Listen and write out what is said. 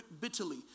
bitterly